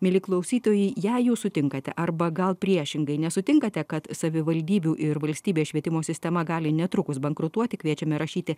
mieli klausytojai jei jūs sutinkate arba gal priešingai nesutinkate kad savivaldybių ir valstybės švietimo sistema gali netrukus bankrutuoti kviečiame rašyti